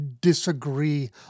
disagree